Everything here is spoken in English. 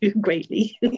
greatly